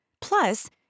Plus